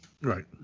Right